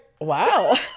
wow